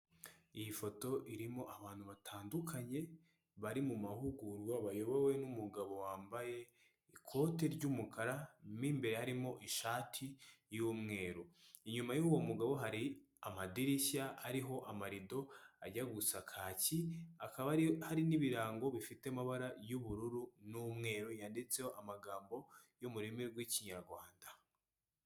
Iyi foto irimo abantu batandukanye bari mu mahugurwa bayobowe n'umugabo wambaye ikote ry'umukara mo imbere harimo ishati y'umweru, inyuma y'uwo mugabo hari amadirishya ariho amarido ajya gusaka kaki akaba hari n'ibirango bifite amabara y'ubururu n'umweru yanditseho amagambo yo murimi rw'ikinyarwanda.